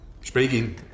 Speaking